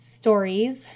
stories